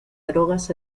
drogas